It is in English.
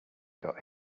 got